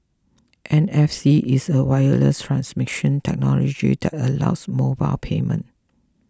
N F C is a wireless transmission technology that allows mobile payment